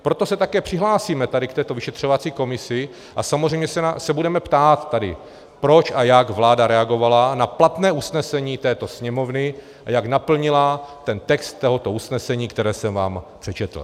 Proto se také přihlásíme k této vyšetřovací komisi a samozřejmě se budeme ptát, proč a jak vláda reagovala na platné usnesení této Sněmovny a jak naplnila text tohoto usnesení, které jsem vám přečetl.